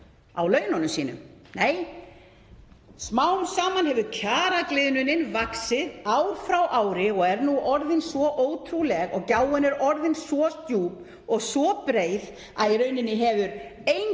í laununum sínum. Nei, smám saman hefur kjaragliðnunin vaxið ár frá ári og er nú orðin svo ótrúleg og gjáin svo djúp og breið að í rauninni hefur